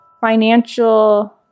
financial